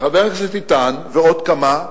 וחבר הכנסת איתן ועוד כמה,